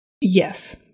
Yes